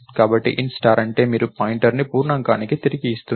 కాబట్టి Int star అంటే మీరు పాయింటర్ను పూర్ణాంకానికి తిరిగి ఇస్తున్నారు